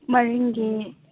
ꯃꯔꯤꯡꯒꯤ